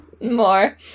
More